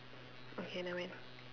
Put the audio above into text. okay never mind